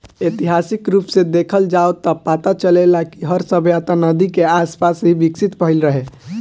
ऐतिहासिक रूप से देखल जाव त पता चलेला कि हर सभ्यता नदी के आसपास ही विकसित भईल रहे